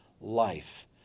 life